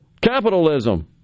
capitalism